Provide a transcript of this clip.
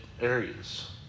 areas